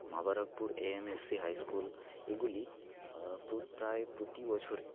Mobarakpur AMSC high school এগুলি প্রায় প্রতি বছরই